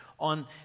on